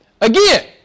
Again